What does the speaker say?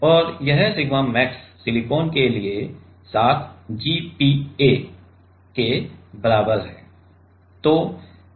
और यह sigma max silicon के लिए 7 GPa के बराबर है